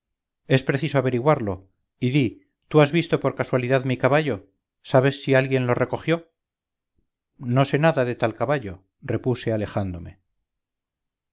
es preciso averiguarlo y di tú has visto por casualidad mi caballo sabes si alguien lo recogió no sé nada de tal caballo repuse alejándome